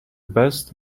best